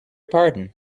pardon